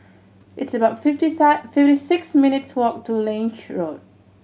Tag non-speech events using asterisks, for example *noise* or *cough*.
it's about fifty *unintelligible* fifty six minutes' walk to Lange Road